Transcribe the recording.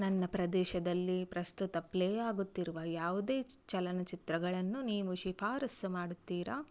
ನನ್ನ ಪ್ರದೇಶದಲ್ಲಿ ಪ್ರಸ್ತುತ ಪ್ಲೇ ಆಗುತ್ತಿರುವ ಯಾವುದೇ ಚಲನಚಿತ್ರಗಳನ್ನು ನೀವು ಶಿಫಾರಸ್ಸು ಮಾಡುತ್ತೀರ